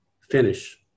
finish